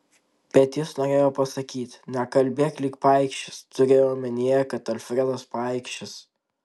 bet jis norėjo pasakyti nekalbėk lyg paikšis turėjo omenyje kad alfredas paikšis